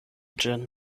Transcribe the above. ĝin